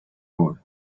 road